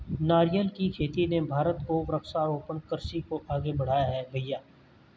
नारियल की खेती ने भारत को वृक्षारोपण कृषि को आगे बढ़ाया है भईया